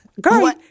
Girl